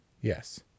Yes